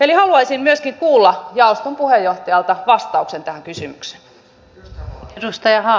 eli haluaisin myöskin kuulla jaoston puheenjohtajalta vastauksen tähän kysymykseen